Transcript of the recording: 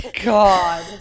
God